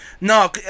No